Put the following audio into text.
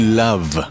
love